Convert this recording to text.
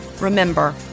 Remember